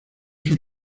sus